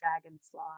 Dragonfly